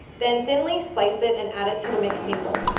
then thinly slice it and add it to the mixing bowl.